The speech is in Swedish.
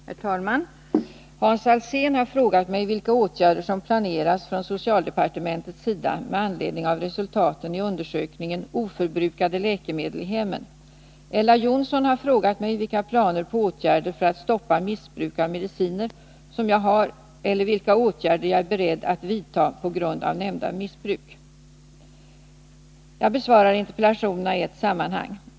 Herr talman! Hans Alsén har frågat mig vilka åtgärder som planeras från socialdepartementets sida med anledning av resultaten i undersökningen Oförbrukade läkemedel i hemmen. Ella Johnsson har frågat mig vilka planer på åtgärder för att stoppa missbruk av mediciner som jag har eller vilka åtgärder jag är beredd att vidta på grund av nämnda missbruk. Jag besvarar interpellationerna i ett sammanhang.